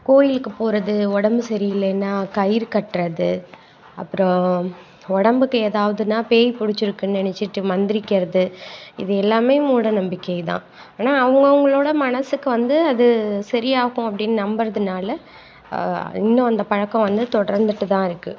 கோயிலுக்கு போகிறது உடம்பு சரியில்லைன்னா கயிறு கட்டுறது அப்புறம் உடம்புக்கு ஏதாவதுனால் பேய் பிடிச்சிருக்குனு நெனைச்சிட்டு மந்திரிக்கிறது இது எல்லாமே மூடநம்பிக்கைதான் ஆனால் அவங்க அவங்களோடய மனசுக்கு வந்து அது சரியாகும் அப்படின்னு நம்புறதுனால இன்னும் அந்த பழக்கம் வந்து தொடர்ந்துகிட்டுதான் இருக்குது